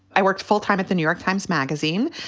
i worked full time at the new york times magazine,